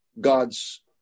God's